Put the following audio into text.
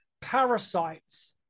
parasites